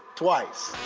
twice.